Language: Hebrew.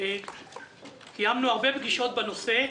"קיימנו הרבה פגישות בנושא,